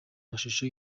mashusho